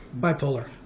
Bipolar